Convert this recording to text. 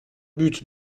but